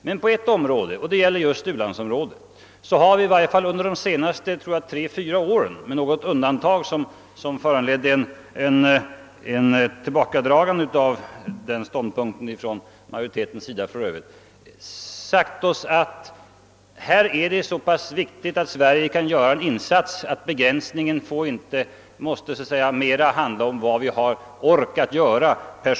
Men på ett område, nämligen u-landsområdet, har vi i varje fall under de senaste tre, fyra åren med något undantag sagt oss att det är så pass viktigt att Sverige kan göra en insats, att begränsningen måste bestämmas av vad vi orkar med.